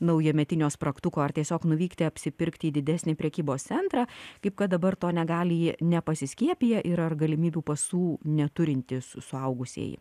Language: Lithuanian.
naujametinio spragtuko ar tiesiog nuvykti apsipirkti į didesnį prekybos centrą kaip kad dabar to negali nepasiskiepiję ir ar galimybių pasų neturintys suaugusieji